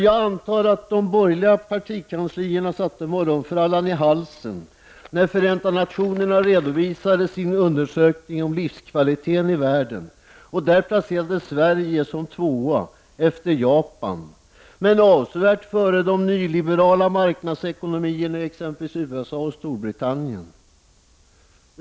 Jag antar att man i de borgerliga partikanslierna satte morgonfrallan i halsen när Förenta nationerna redovisade sin undersökning om livskvaliteten i världen och där placerade Sverige som tvåa efter Japan men avsevärt före de nyliberala marknadsekonomierna i exempelvis USA och Storbritannien.